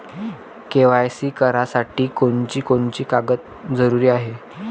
KYC करासाठी कोनची कोनची कागद जरुरी हाय?